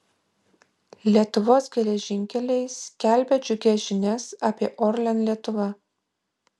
lietuvos geležinkeliai skelbia džiugias žinias apie orlen lietuva